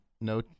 no